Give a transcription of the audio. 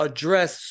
Address